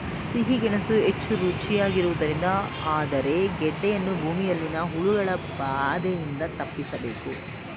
ಸಿಹಿ ಗೆಣಸು ಹೆಚ್ಚು ರುಚಿಯಾಗಿರುವುದರಿಂದ ಆದರೆ ಗೆಡ್ಡೆಯನ್ನು ಭೂಮಿಯಲ್ಲಿನ ಹುಳಗಳ ಬಾಧೆಯಿಂದ ತಪ್ಪಿಸಬೇಕು